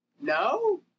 No